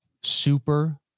Super